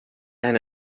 and